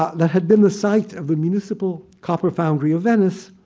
ah that had been the site of the municipal copper foundry of venice.